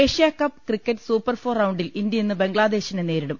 Asia cup cricket super four റൌണ്ടിൽ India ഇന്ന് ബംഗ്ലാദേശിനെ നേരിടും